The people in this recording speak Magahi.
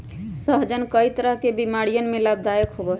सहजन कई तरह के बीमारियन में लाभदायक होबा हई